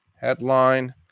headline